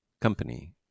company